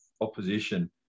opposition